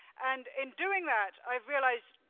and in doing that, i've realized